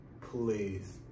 please